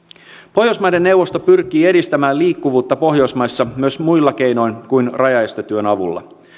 pohjoismaiden neuvosto pyrkii edistämään liikkuvuutta pohjoismaissa myös muilla keinoin kuin rajaestetyön avulla